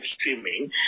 streaming